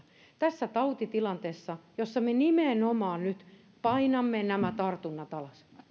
tässä tautitilanteessa jossa me nimenomaan nyt painamme nämä tartunnat alas meillä ei